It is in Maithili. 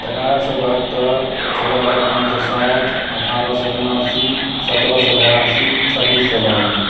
एगारह सओ बहत्तरि चौदह हजार पाँच सओ साठि अठारह सओ उनासी सतरह सओ बेरासी छब्बीस सओ बावन